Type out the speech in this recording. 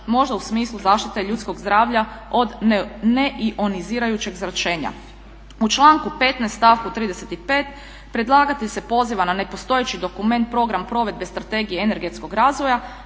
možda u smislu zaštite ljudskog zdravlja od neionizirajućeg zračenja. U članku 15., stavku 35. predlagatelj se poziva na nepostojeći dokument "Program provedbe strategije energetskog razvoja"